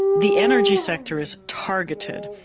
the energy sector is targeted,